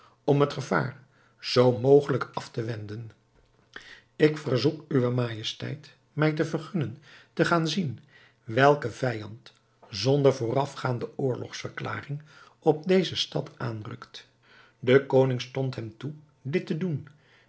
om het gevaar zoo mogelijk af te wenden ik verzoek uwe majesteit mij te vergunnen te gaan zien welke vijand zonder voorafgaande oorlogsverklaring op deze stad aanrukt de koning stond hem toe dit te doen